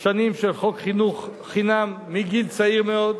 השנים של חוק חינוך חינם מגיל צעיר מאוד,